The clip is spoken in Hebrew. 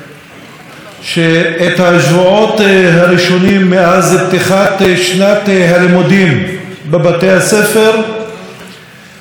שנת הלימודים בבתי הספר ניצלתי כדי לבקר בבתי ספר,